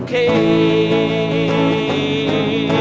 a